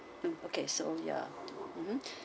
mm okay so yeah mmhmm